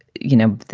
you know,